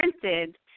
printed